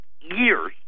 years